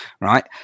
right